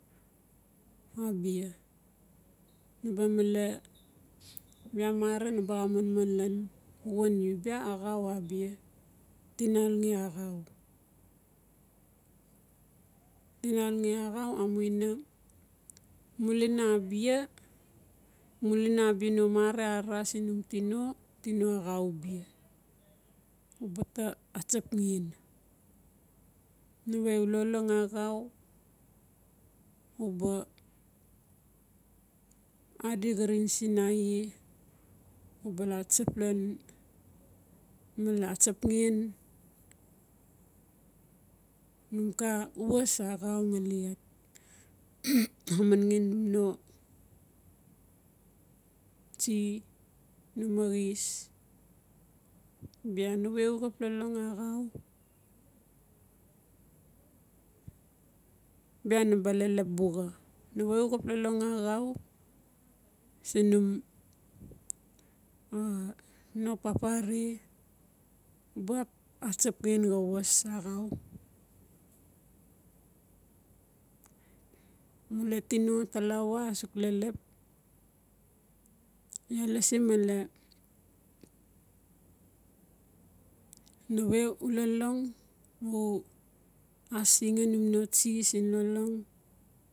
Abia naba male bia marang naba xa manman lan wan u bia axau abia tinalge axau. Tinalnge axau amuina mulina abai mulina abia no marang ara siin num tino tino axau bia u ba ta atsap ngen. Nawe u lolong axau uba adi xarin sinaiie. U ba laa tsap lan uba latsap ngen num ka was axau ngali manglen num no tsie num masix. Bia nawe u xap lolong axau bia naba lelep buxa nawe u xap lolong axau siin num no papare uba atsap ngen xa waas axau. Male tino talawa asuk lelep. Iaa lasi male nawe u lolong o asingen num no tsie siin lolong.